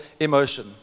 emotion